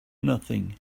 nothing